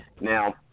Now